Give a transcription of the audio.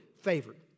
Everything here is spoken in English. favored